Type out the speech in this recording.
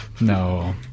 No